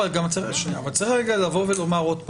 אבל צריך לומר עוד פעם,